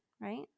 right